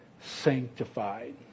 sanctified